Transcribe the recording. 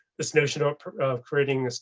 this notion ah of creating